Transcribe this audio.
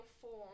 form